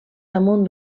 damunt